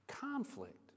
conflict